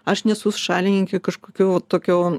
aš nesu šalininkė kažkokio tokio